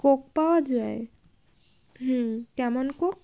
Coke পাওয়া যায় হুম কেমন কোক